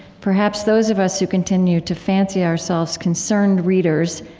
perhaps those of us who continue to fancy ourselves concerned readers,